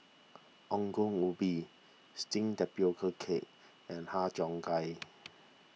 Ongol Ubi Steamed Tapioca Cake and Har Cheong Gai